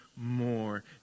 more